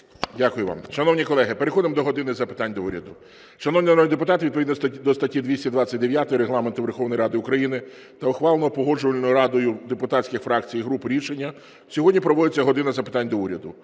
Дякую вам. Шановні колеги, переходимо до "години запитань до Уряду". Шановні народні депутати, відповідно до статті 229 Регламенту Верховної Ради України та ухваленого Погоджувальною радою депутатських фракцій і груп рішення сьогодні проводиться "година запитань до Уряду".